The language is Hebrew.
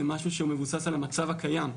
זה משהו שמבוסס על המצב הקיים.